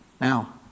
Now